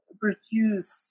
produce